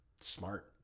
smart